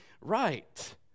right